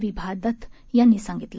विभा दत्त यांनी सांगितलं